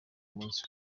umunsi